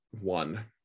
one